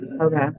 Okay